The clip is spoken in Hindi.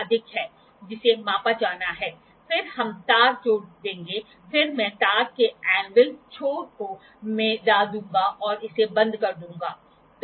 आवश्यक एंगल तब प्राप्त होता है जब दो रोलर्स के बीच की ऊंचाई का अंतर रोलर के केंद्रों के बीच की दूरी से गुणा किए गए एंगल की सैन के बराबर होता है